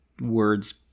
words